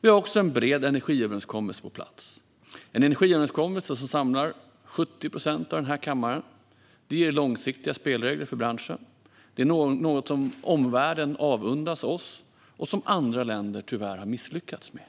Vi har också en bred energiöverenskommelse på plats. Det är en överenskommelse som samlar 70 procent av den här kammaren. Det ger långsiktiga spelregler för branschen. Detta är något som omvärlden avundas oss och som andra länder tyvärr har misslyckats med.